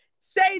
say